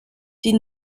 die